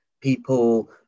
people